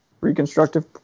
reconstructive